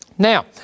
Now